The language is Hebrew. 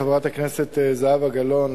חברת הכנסת זהבה גלאון,